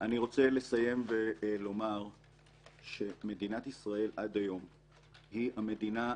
אני רוצה לסיים ולומר שמדינת ישראל עד היום היא המדינה,